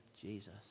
Jesus